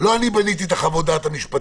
לא אני בניתי את חוות הדעת המשפטיות.